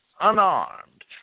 unarmed